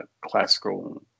classical